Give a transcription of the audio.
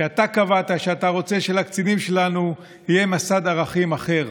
כי אתה קבעת שאתה רוצה שלקצינים שלנו יהיה מסד ערכים אחר,